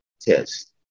test